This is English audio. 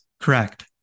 Correct